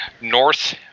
north